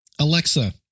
Alexa